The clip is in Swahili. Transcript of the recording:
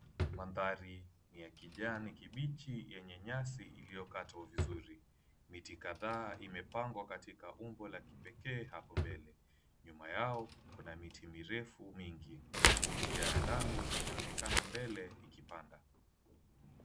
Mandhari ni ya kijani kibichi yenye nyasi iliyokatwa vizuri. Miti kadhaa imepangwa katika umbo la kipekee hapo mbele. Nyuma yao kuna miti mirefu mingi. Njia ya lami inaonekana mbele ikipanda.